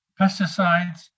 pesticides